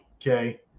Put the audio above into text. okay